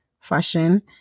fashion